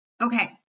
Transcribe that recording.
Okay